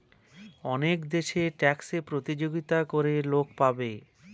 অনেক দেশে ট্যাক্সে প্রতিযোগিতা করে লোক পাবে